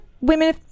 women